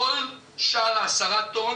כל שאר העשרה טון